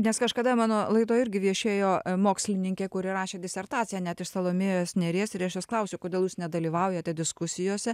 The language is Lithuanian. nes kažkada mano laidoj irgi viešėjo mokslininkė kuri rašė disertaciją net iš salomėjos nėries ir aš jos klausiau kodėl jūs nedalyvaujate diskusijose